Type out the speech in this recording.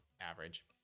average